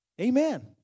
Amen